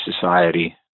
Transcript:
society